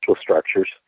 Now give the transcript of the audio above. structures